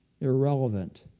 Irrelevant